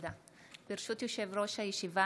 ברשות יושב-ראש הישיבה,